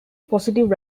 positive